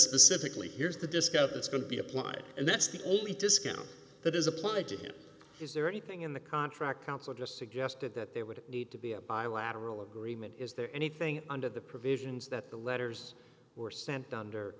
specifically here's the disc up it's going to be applied and that's the only discount that is applied to him is there anything in the contract counsel just suggested that there would need to be a bilateral agreement is there anything under the provisions that the letters were sent donder